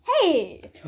Hey